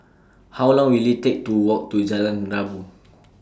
How Long Will IT Take to Walk to Jalan Rabu